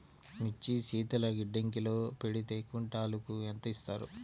మిర్చి శీతల గిడ్డంగిలో పెడితే క్వింటాలుకు ఎంత ఇస్తారు?